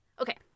Okay